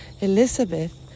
Elizabeth